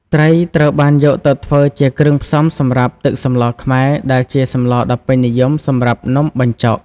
ត្រីត្រូវបានយកទៅធ្វើជាគ្រឿងផ្សំសម្រាប់ ទឹកសម្លខ្មែរ ដែលជាសម្លដ៏ពេញនិយមសម្រាប់នំបញ្ចុក។